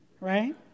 right